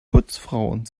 putzfrauen